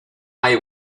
hay